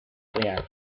real